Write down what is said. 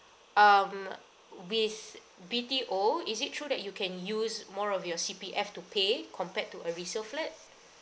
um with B_T_O is it true that you can use more of your C_P_F to pay compared to a resale flat